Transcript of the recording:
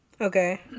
Okay